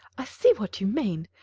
i see what you mean.